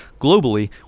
Globally